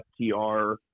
FTR